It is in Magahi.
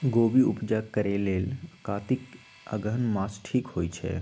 गोभि उपजा करेलेल कातिक अगहन मास ठीक होई छै